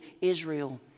Israel